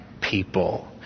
people